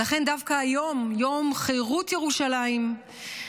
ולכן דווקא היום, יום חירות ירושלים,